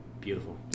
beautiful